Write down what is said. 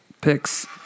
Picks